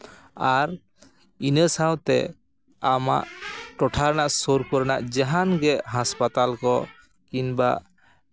ᱟᱨ ᱤᱱᱟᱹ ᱥᱟᱣᱛᱮ ᱟᱢᱟᱜ ᱴᱚᱴᱷᱟ ᱨᱮᱱᱟᱜ ᱥᱩᱨ ᱠᱚᱨᱮᱱᱟᱜ ᱡᱟᱦᱟᱱ ᱜᱮ ᱦᱟᱥᱯᱟᱛᱟᱞ ᱠᱚ ᱠᱤᱢᱵᱟ